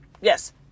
yes